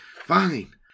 fine